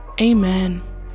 Amen